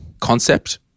concept